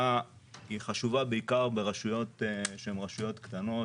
חשובה בעיקר ברשויות שהן רשויות קטנות,